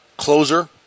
Closer